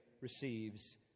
receives